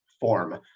form